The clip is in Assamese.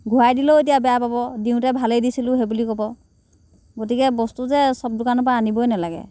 ঘূৰাই দিলেও এতিয়া বেয়া পাব দিওঁতে ভালেই দিছিলোঁ সেইবুলি ক'ব গতিকে বস্তু যে সব দোকানৰ পৰা আনিবই নালাগে